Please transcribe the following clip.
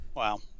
wow